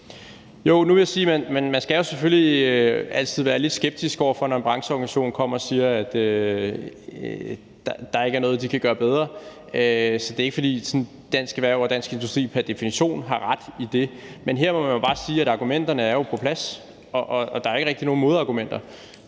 Nu vil jeg sige, at man jo selvfølgelig altid skal være lidt skeptisk over for det, når en brancheorganisation kommer og siger, at der ikke er noget, de kan gøre bedre, så det er ikke sådan, at Dansk Erhverv og Dansk Industri pr. definition har ret. Men her må man jo bare sige, at argumenterne er på plads, og der er ikke rigtig nogen modargumenter,